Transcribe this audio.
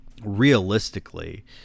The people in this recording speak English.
realistically